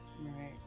Right